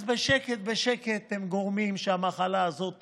אז בשקט, בשקט, הם גורמים לכך שהמחלה הזאת תימשך,